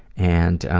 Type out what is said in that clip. and,